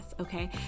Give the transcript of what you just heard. Okay